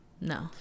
No